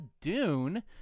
Dune